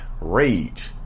rage